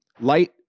light